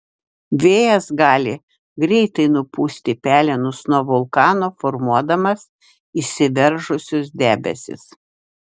vėjas gali greitai nupūsti pelenus nuo vulkano formuodamas išsiveržusius debesis